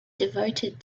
devoted